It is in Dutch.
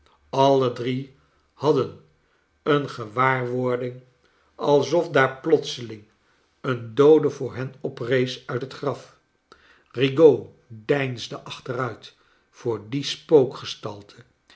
he drie hadden een gewaurwording alsof daar plotseling een doode voor hen oprees uit het graf eigaud deinsdo aohteruit voor die spook